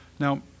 Now